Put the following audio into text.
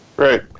Great